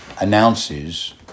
announces